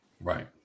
Right